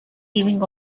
giving